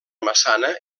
massana